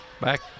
Back